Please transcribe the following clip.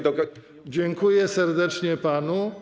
Dziękuję serdecznie panu.